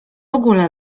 ogóle